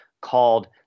called